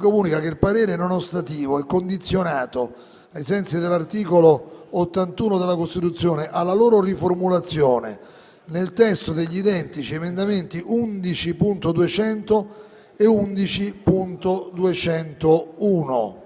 comunica che il parere non ostativo è condizionato, ai sensi dell'articolo 81 della Costituzione, alla loro riformulazione nel testo degli identici emendamenti 11.200 e 11.201,